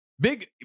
Big